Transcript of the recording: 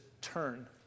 turn